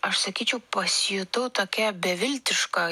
aš sakyčiau pasijutau tokia beviltiškoj